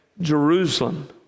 Jerusalem